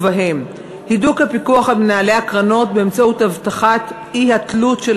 ובהם: הידוק הפיקוח על מנהלי הקרנות באמצעות הבטחת אי-תלות של